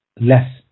less